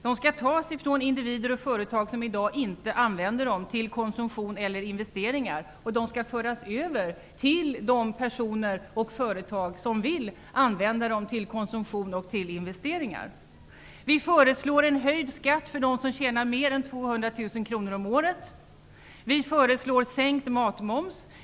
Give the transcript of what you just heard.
De skall tas från individer och företag som i dag inte använder dem till konsumtion eller investeringar och föras över till de personer och företag som vill använda dem till konsumtion och investeringar. Vi föreslår en höjd skatt för dem som tjänar mer än 200 000 kr om året. Vi föreslår sänkt matmoms.